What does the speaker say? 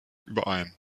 überein